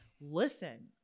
listen